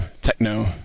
techno